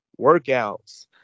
workouts